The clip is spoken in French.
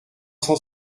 cent